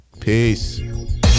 Peace